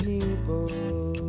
people